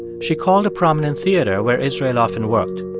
she called a prominent theater where israel often worked.